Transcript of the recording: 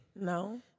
No